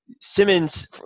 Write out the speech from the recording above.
Simmons